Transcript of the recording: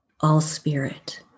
all-spirit